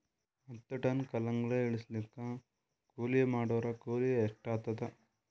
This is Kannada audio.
ಹತ್ತ ಟನ್ ಕಲ್ಲಂಗಡಿ ಇಳಿಸಲಾಕ ಕೂಲಿ ಮಾಡೊರ ಕೂಲಿ ಎಷ್ಟಾತಾದ?